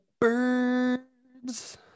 birds